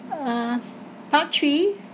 uh part three